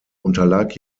unterlag